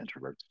introverts